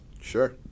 Sure